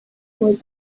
with